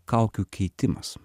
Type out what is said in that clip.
kaukių keitimas